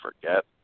forget